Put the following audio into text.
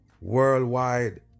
worldwide